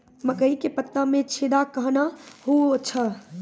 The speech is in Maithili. मकई के पत्ता मे छेदा कहना हु छ?